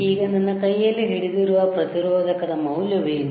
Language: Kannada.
ಈಗ ನನ್ನ ಕೈಯಲ್ಲಿ ಹಿಡಿದಿರುವ ಪ್ರತಿರೋಧಕದ ಮೌಲ್ಯವೇನು